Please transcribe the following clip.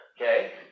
Okay